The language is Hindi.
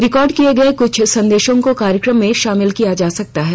रिकॉर्ड किए गए कुछ संदेशों को कार्यक्रम में शामिल किया जा सकता है